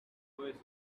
oasis